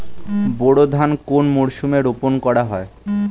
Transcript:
বোরো ধান কোন মরশুমে রোপণ করা হয়?